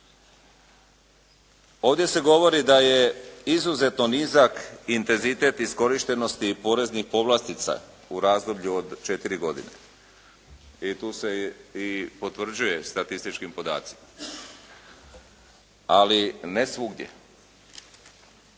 Ovdje se govori da je izuzetno nizak intenzitet iskorištenosti i poreznih povlastica u razdoblju od četiri godine i tu se i potvrđuje statističkim podacima, ali ne svugdje.